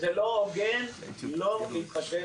צריך אסדרה של כול הנושא,